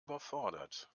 überfordert